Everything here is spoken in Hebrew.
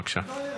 בבקשה.